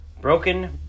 Broken